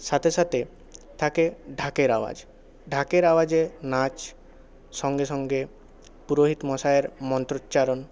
সাথে সাথে থাকে ঢাকের আওয়াজ ঢাকের আওয়াজে নাচ সঙ্গে সঙ্গে পুরোহিত মশাইয়ের মন্ত্রোচ্চারণ